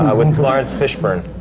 ah with laurence fishburne,